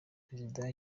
perezida